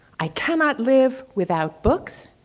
i cannot live without books.